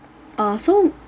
uh so